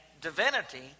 divinity